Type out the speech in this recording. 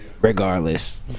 regardless